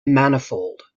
manifold